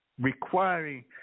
requiring